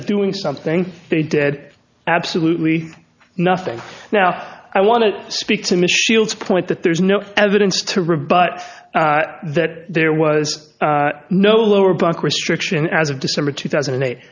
of doing something they did absolutely nothing now i want to speak to michelle's point that there's no evidence to rebut that there was no lower back restriction as of december two thousand and eight